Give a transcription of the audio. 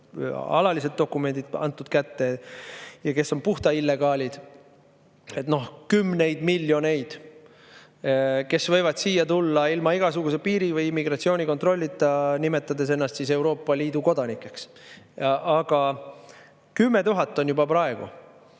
alalised dokumendid juba antud kätte ja kes on puhta illegaalid. Kümneid miljoneid võib siia tulla ilma igasuguse piiri‑ või immigratsioonikontrollita, nimetades ennast Euroopa Liidu kodanikuks. Aga 10 000 on juba praegu.